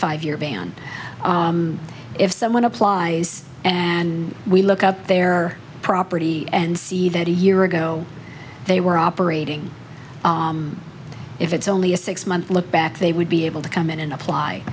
five year ban if someone applies and we look up their property and see that a year ago they were operating if it's only a six month look back they would be able to come in and apply